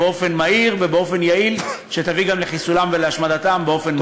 באופן יעיל שיביא גם לחיסולן ולהשמדתן במהירות.